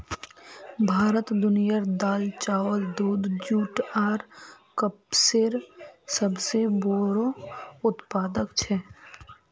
भारत दुनियार दाल, चावल, दूध, जुट आर कपसेर सबसे बोड़ो उत्पादक छे